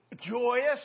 joyous